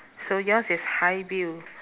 so yours is hi bill